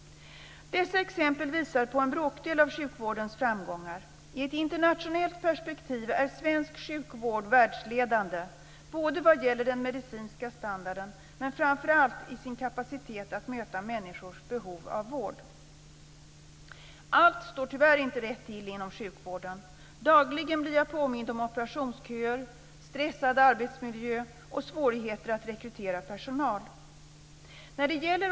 Dessa exempel visar på en bråkdel av sjukvårdens framgångar. I ett internationellt perspektiv är svensk sjukvård världsledande - både vad gäller den medicinska standarden och framför allt i sin kapacitet att möta människors behov av vård. Allt står tyvärr inte rätt till inom sjukvården. Dagligen blir jag påmind om operationsköer, stressig arbetsmiljö och svårigheter att rekrytera personal.